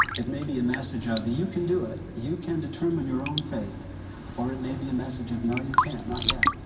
it may be a message of you can do it. you can determine your own fate or it may be a message of no you can't, not yet.